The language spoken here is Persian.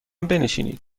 بنشینید